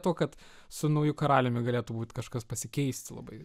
tuo kad su nauju karaliumi galėtų būt kažkas pasikeisti labai